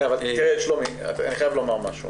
אני חייב למר משהו